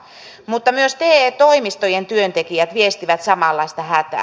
mutta myös te toimistojen työntekijät viestivät samanlaista hätää